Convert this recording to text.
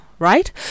right